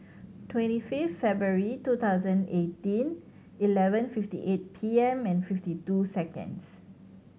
twenty fifth February two thousand eighteen eleven fifty eight P M and fifty two seconds